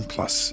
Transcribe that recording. Plus